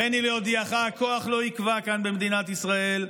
הריני להודיעך: הכוח לא יקבע כאן במדינת ישראל.